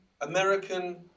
American